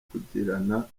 kugirana